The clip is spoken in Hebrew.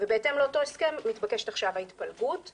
ובהתאם לאותו הסכם מתבקשת עכשיו ההתפלגות.